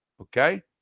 Okay